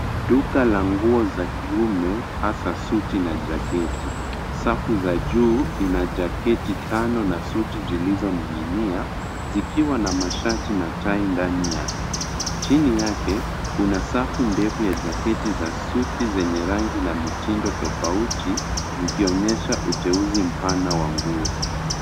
Duka la nguo za kiume hasa suti na jaketi, safu za juu ina jaketi tano na suti zilizoning'inia zikiwa na mashati na tai ndani yake. Chini yake, kuna safu ndefu ya jaketi za suti zenye rangi na mitindo tofauti zikionyesha uteuzi mpana wa nguo.